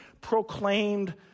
proclaimed